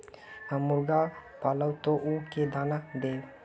हम मुर्गा पालव तो उ के दाना देव?